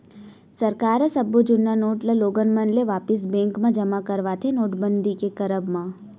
सरकार ह सब्बो जुन्ना नोट ल लोगन मन ले वापिस बेंक म जमा करवाथे नोटबंदी के करब म